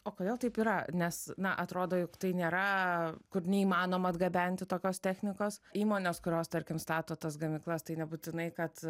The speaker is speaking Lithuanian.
o kodėl taip yra nes na atrodo jog tai nėra kur neįmanoma atgabenti tokios technikos įmonės kurios tarkim stato tas gamyklas tai nebūtinai kad